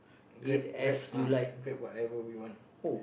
grab grab ah grab whatever we want